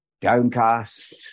downcast